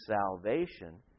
salvation